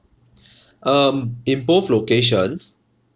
um in both locations